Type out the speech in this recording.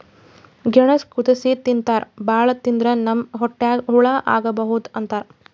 ಗೆಣಸ್ ಕುದಸಿ ತಿಂತಾರ್ ಭಾಳ್ ತಿಂದ್ರ್ ನಮ್ ಹೊಟ್ಯಾಗ್ ಹಳ್ಳಾ ಆಗಬಹುದ್ ಅಂತಾರ್